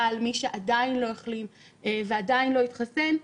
על מי שעדיין לא החלים ועדיין לא התחסן,